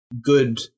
good